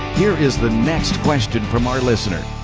here is the next question from our listener